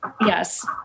Yes